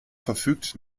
verfügt